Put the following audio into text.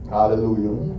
Hallelujah